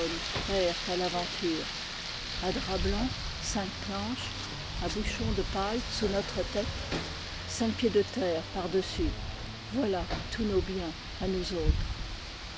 à l'aventure un drap blanc cinq planches un bouchon de paille sous notre tête cinq pieds de terre par-dessus voilà tous nos biens à nous autres